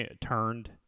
turned